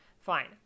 fine